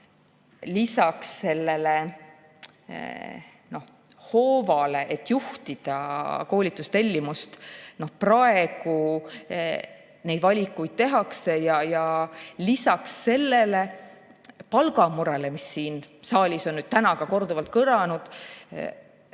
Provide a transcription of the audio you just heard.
Lisaks sellele hoovale, et juhtida koolitustellimust, praegu neid valikuid tehakse ja lisaks sellele palgamurele, mis siin saalis on täna korduvalt kõlanud,